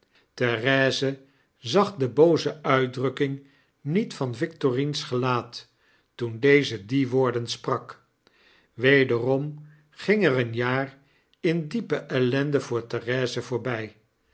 therese zag de booze uitdrukking niet van victorine's gelaat toen deze die woorden sprak wederom ging er een jaar in diepe ellende voor therese voorby